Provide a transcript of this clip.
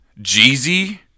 Jeezy